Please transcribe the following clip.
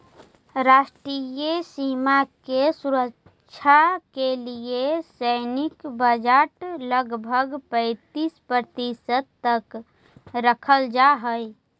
राष्ट्रीय सीमा के सुरक्षा के लिए सैन्य बजट लगभग पैंतीस प्रतिशत तक रखल जा हई